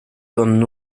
con